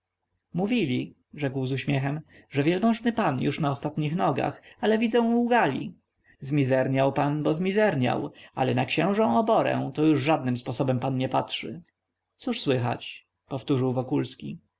mówili rzekł z uśmiechem że wielmożny pan już na ostatnich nogach ale widzę łgali zmizerniał pan bo zmizerniał ale na księżą oborę to już żadnym sposobem pan nie patrzy cóż słychać powtórzył